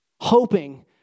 hoping